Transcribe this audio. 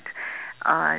uh